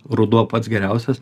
ruduo pats geriausias